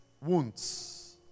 wounds